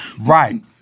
Right